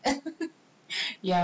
ya that's true that's true